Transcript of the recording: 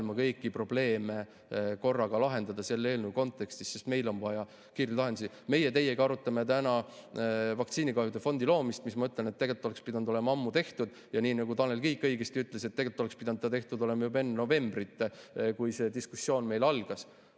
kõiki probleeme korraga lahendada selle eelnõu kontekstis, sest meil on vaja kiireid lahendusi. Meie teiega arutame täna vaktsiinikahjude fondi loomist, mis, nagu ma ütlen, oleks tegelikult pidanud olema ammu tehtud. Ja nii nagu Tanel Kiik õigesti ütles, tegelikult oleks see pidanud olema tehtud juba enne novembrit, kui see diskussioon meil algas.